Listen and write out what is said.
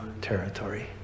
territory